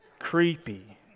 creepy